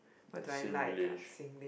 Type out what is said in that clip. Singlish